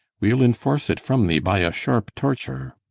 we'll enforce it from thee by a sharp torture.